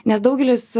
nes daugelis